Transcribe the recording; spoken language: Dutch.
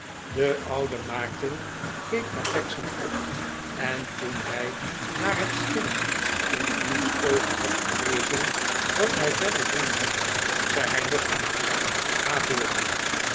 de oude maarten keek naar pecksniff op en toen hij naar het scheen in diens oogen had gelezert wat hij verder doen moest zei hij nogmaals ga voort